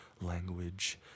language